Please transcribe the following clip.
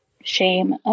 shame